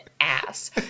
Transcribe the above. ass